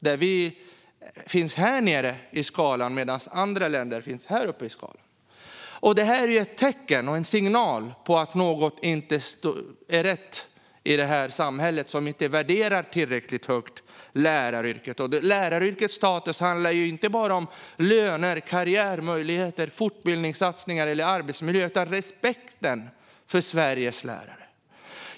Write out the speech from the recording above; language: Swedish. Då befinner vi oss långt ned på skalan medan andra länder ligger högt upp. Det är ett tecken och en signal om att något inte står rätt till i detta samhälle, som inte värderar läraryrket tillräckligt högt. Läraryrkets status handlar inte bara om löner, karriärmöjligheter, fortbildningssatsningar eller arbetsmiljö utan även om respekten för Sveriges lärare.